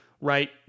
right